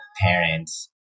parents